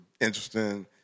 interesting